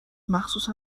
مخصوصا